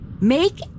Make